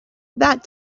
that